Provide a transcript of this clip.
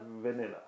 Vanilla